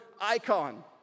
icon